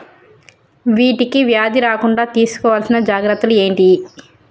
వీటికి వ్యాధి రాకుండా తీసుకోవాల్సిన జాగ్రత్తలు ఏంటియి?